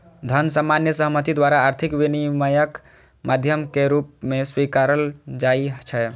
धन सामान्य सहमति द्वारा आर्थिक विनिमयक माध्यम के रूप मे स्वीकारल जाइ छै